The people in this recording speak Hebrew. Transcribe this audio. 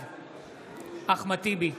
בעד אחמד טיבי,